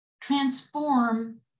transform